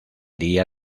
día